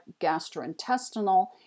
gastrointestinal